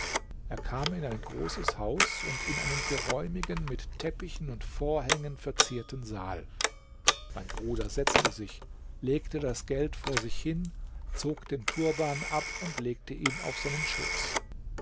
er kam in ein großes haus und in einen geräumigen mit teppichen und vorhängen verzierten saal mein bruder setzte sich legte das geld vor sich hin zog den turban ab und legte ihn auf seinen schoß